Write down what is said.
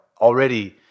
already